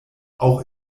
auch